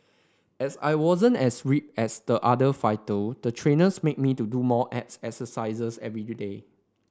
as I wasn't as ripped as the other fighter the trainers made me do more abs exercises every today